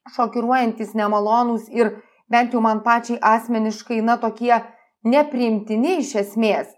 šokiruojantys nemalonūs ir bent jau man pačiai asmeniškai na tokie nepriimtini iš esmės